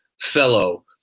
fellow